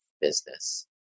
business